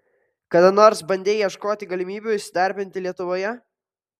kada nors bandei ieškoti galimybių įsidarbinti lietuvoje